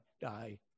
die